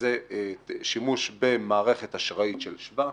זה שימוש במערכת אשראית של שבא.